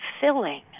filling